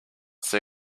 see